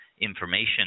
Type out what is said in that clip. information